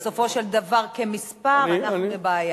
היושבת-ראש, בסופו של דבר, כמספר, אנחנו בבעיה.